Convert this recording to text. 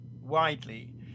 widely